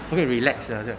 不可以 relax eh 这样